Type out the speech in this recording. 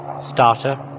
starter